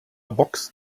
boxt